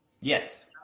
yes